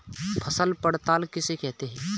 फसल पड़ताल किसे कहते हैं?